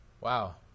Wow